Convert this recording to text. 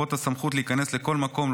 לרבות הסמכות להיכנס לכל מקום,